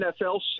NFL